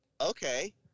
Okay